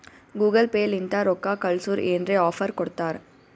Google Pay ಲಿಂತ ರೊಕ್ಕಾ ಕಳ್ಸುರ್ ಏನ್ರೆ ಆಫರ್ ಕೊಡ್ತಾರ್